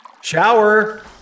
Shower